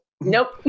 Nope